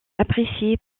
apprécié